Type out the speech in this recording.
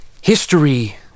History